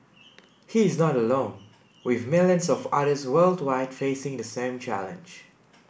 he is not alone with millions of others worldwide facing the same challenge